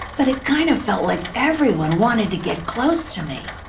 but it kind of felt like everyone wanted to get close to me.